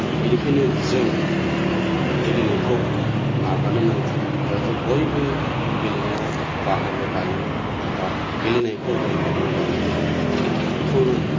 बेनिखायनो जों गेलेनायखौ नागारनो नाङा जाहाते बयबो गेलेनायाव बाहागो लायो आरबा गेलेनायखौ बयबो मदद होयो बेखौनो